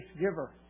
giver